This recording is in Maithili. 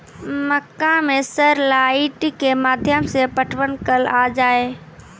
मक्का मैं सर लाइट के माध्यम से पटवन कल आ जाए?